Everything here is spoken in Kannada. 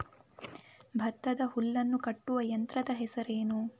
ಭತ್ತದ ಹುಲ್ಲನ್ನು ಕಟ್ಟುವ ಯಂತ್ರದ ಹೆಸರೇನು?